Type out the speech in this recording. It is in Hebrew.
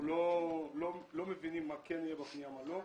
אנחנו לא מבינים מה כן יהיה בפנייה ומה לא.